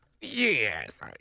Yes